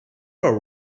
are